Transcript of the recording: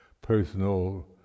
personal